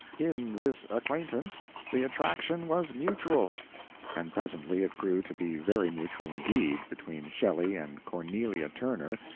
in this acquaintance the attraction was mutual and presently it grew to be very mutual indeed, between shelley and cornelia turner,